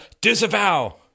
disavow